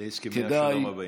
להסכמי השלום הבאים.